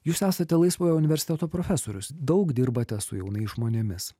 jūs esate laisvojo universiteto profesorius daug dirbate su jaunais žmonėmis